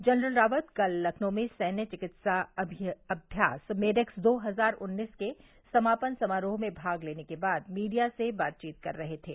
general Rawat कल लखनऊ में सैन्य चिकित्सा अभ्यास मेडेक्स दो हजार उन्नीस के समापन समारोह में भाग लेने के बाद मीडिया से बातचीत कर रहे थे